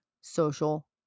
social